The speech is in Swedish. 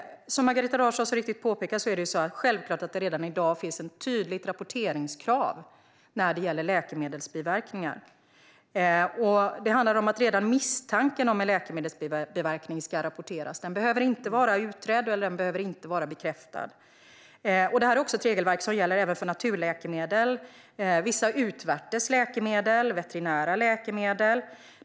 Som Margareta Larsson så riktigt påpekar är det självklart så att det redan i dag finns ett tydligt rapporteringskrav när det gäller läkemedelsbiverkningar. Redan misstanken om en läkemedelsbiverkning ska rapporteras. Den behöver inte vara utredd, och den behöver inte vara bekräftad. Det här är ett regelverk som gäller även för naturläkemedel, vissa utvärtes läkemedel och veterinära läkemedel.